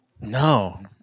No